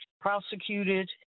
prosecuted